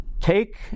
take